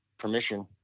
Permission